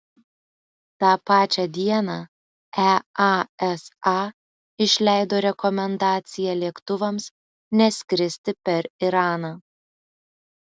tą pačią dieną easa išleido rekomendaciją lėktuvams neskristi per iraną